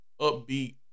upbeat